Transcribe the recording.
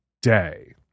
day